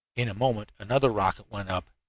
in a moment another rocket went up,